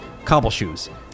Cobbleshoes